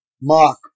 Mark